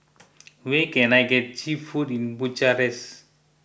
where can I get Cheap Food in Bucharest